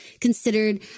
considered